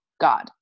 God